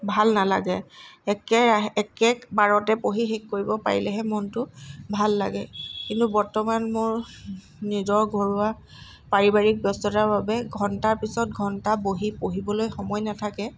ভাল নালাগে একেৰাহে একেবাৰতে পঢ়ি শেষ কৰিব পাৰিলেহে মনটো ভাল লাগে কিন্তু বৰ্তমান মোৰ নিজৰ ঘৰুৱা পাৰিবাৰিক ব্যস্ততাৰ বাবে ঘন্টাৰ পিছত ঘন্টা বহি পঢ়িবলৈ সময় নাথাকে